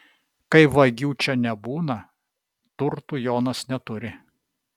kai vagių čia nebūna turtų jonas neturi